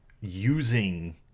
using